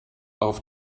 auf